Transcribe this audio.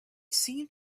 seemed